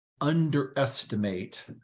underestimate